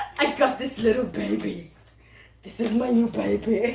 i got this little baby this is my new baby